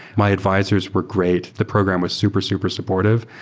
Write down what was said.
my advisors were great. the program was super, super supportive,